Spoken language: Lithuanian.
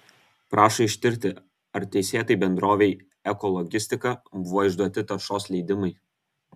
prašo ištirti ar teisėtai bendrovei ekologistika buvo išduoti taršos leidimai